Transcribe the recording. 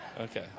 Okay